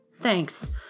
thanks